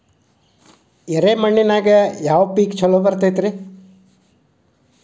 ಎರೆ ಮಣ್ಣಿನಲ್ಲಿ ಯಾವ ಪೇಕ್ ಛಲೋ ಬರತೈತ್ರಿ?